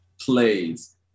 plays